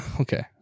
Okay